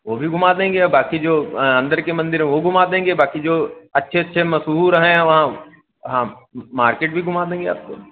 वह भी घुमा देंगे बाक़ी जो अंदर के मंदिर हैं वह घुमा देंगे बाक़ी जो अच्छे अच्छे मशहूर हैं वहाँ मार्केट भी घुमा देंगे आपको